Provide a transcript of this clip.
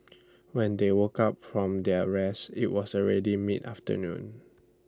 when they woke up from their rest IT was already mid afternoon